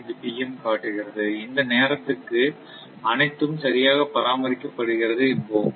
25 pm காட்டுகிறது இந்த நேரத்துக்கு அனைத்தும் சரியாக பராமரிக்கப்படுகிறது என்போம்